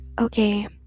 okay